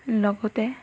লগতে